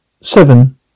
seven